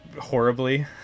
horribly